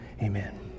amen